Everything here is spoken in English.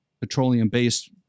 petroleum-based